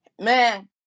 man